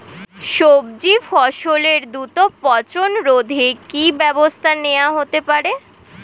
সবজি ফসলের দ্রুত পচন রোধে কি ব্যবস্থা নেয়া হতে পারে?